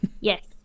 Yes